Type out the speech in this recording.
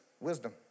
wisdom